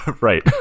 right